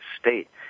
state